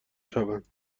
شوند